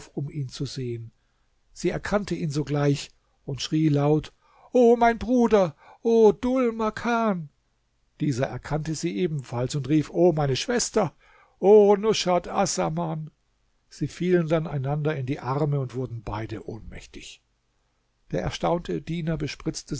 um ihn zu sehen sie erkannte ihn sogleich und schrie laut o mein bruder o dhul makan dieser erkannte sie ebenfalls und rief o meine schwester o nushat assaman sie fielen dann einander in die arme und wurden beide ohnmächtig der erstaunte diener bespritzte